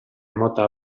mota